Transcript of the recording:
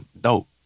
Dope